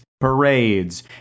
parades